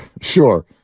sure